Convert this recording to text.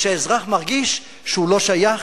שהאזרח מרגיש שהוא לא שייך,